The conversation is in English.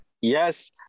Yes